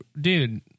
dude